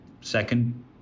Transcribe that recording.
second